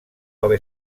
haver